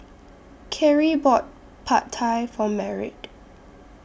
Khiry bought Pad Thai For Merritt